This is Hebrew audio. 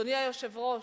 אדוני היושב-ראש,